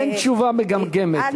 אין תשובה מגמגמת.